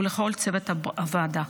ולכל צוות הוועדה.